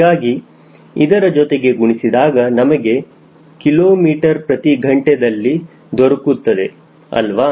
ಹೀಗಾಗಿ ಇದರ ಜೊತೆಗೆ ಗುಣಿಸಿದಾಗ ನಮಗೆ kmh ದಲ್ಲಿ ದೊರಕುತ್ತದೆ ಅಲ್ವಾ